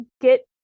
get